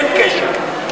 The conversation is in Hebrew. אין קשר.